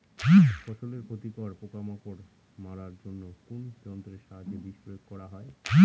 ফসলের ক্ষতিকর পোকামাকড় মারার জন্য কোন যন্ত্রের সাহায্যে বিষ প্রয়োগ করা হয়?